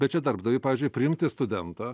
bet čia darbdaviui pavyzdžiui priimti studentą